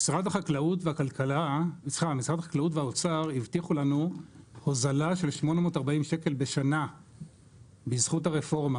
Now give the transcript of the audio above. משרד החקלאות והאוצר הבטיחו לנו הוזלה של 840 ₪ בשנה בזכות הרפורמה,